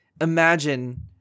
imagine